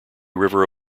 river